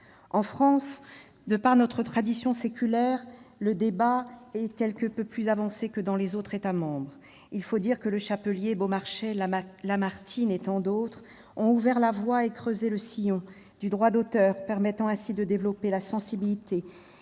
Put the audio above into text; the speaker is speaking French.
En France, de par notre tradition séculaire, le débat est quelque peu plus avancé que dans d'autres États membres. Il faut dire que Le Chapelier, Beaumarchais, Lamartine et tant d'autres ont ouvert la voie et creusé le sillon du droit d'auteur, permettant de développer la sensibilité